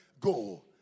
Go